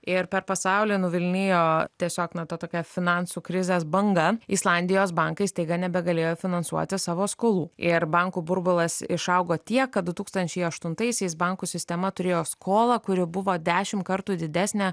ir per pasaulį nuvilnijo tiesiog na ta tokia finansų krizės banga islandijos bankai staiga nebegalėjo finansuoti savo skolų ir bankų burbulas išaugo tiek kad du tūkstančiai aštuntaisiais bankų sistema turėjo skolą kuri buvo dešim kartų didesnė